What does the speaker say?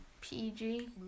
PG